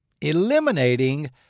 eliminating